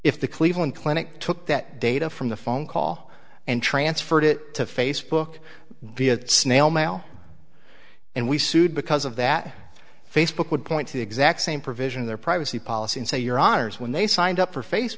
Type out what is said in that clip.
if the cleveland clinic took that data from the phone call and transferred it to facebook via snail mail and we sued because of that facebook would point to the exact same provision in their privacy policy and say your honour's when they signed up for face